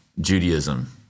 Judaism